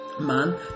man